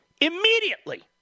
immediately